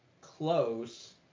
close